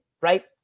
right